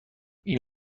این